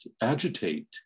agitate